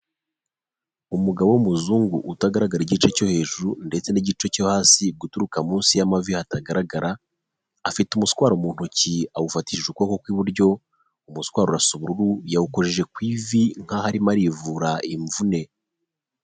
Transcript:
Umugabo w'umuzungu utagaragara igice cyo hejuru ndetse n'igice cyo hasi guturuka munsi y'amavi hatagaragara, afite umuswaro mu ntoki awufatishije ukuboko kw'iburyo, umuswaro urasa ubururu yawukojeje ku ivi nkaho arimo arivura imvune.